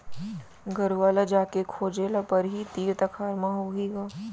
गरूवा ल जाके खोजे ल परही, तीर तखार म होही ग